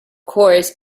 course